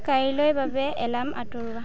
কাইলৈৰ বাবে এলাৰ্ম আঁতৰোৱা